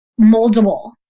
moldable